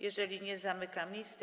Jeżeli nie, zamykam listę.